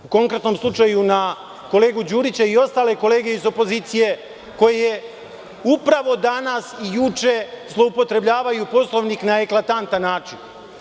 U konkretnom slučaju na kolegu Đurića i na ostale kolege iz opozicije, koji upravo danas i juče zloupotrebljavaju Poslovnik na eklatantan način.